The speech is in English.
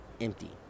empty